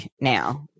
now